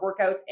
workouts